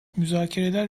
müzakereler